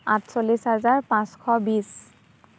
আঠচল্লিছ হাজাৰ পাঁচশ বিছ